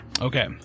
Okay